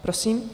Prosím.